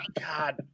God